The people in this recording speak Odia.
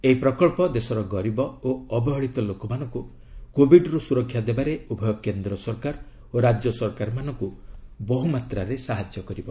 ଏହି ପ୍ରକଳ୍ପ ଦେଶର ଗରିବ ଓ ଅବହେଳିତ ଲୋକମାନଙ୍କୁ କୋବିଡ୍ରୁ ସୁରକ୍ଷା ଦେବାରେ ଉଭୟ କେନ୍ଦ୍ର ସରକାର ଓ ରାଜ୍ୟ ସରକାରମାନଙ୍କୁ ବହୁମାତ୍ରାରେ ସାହାଯ୍ୟ କରିବ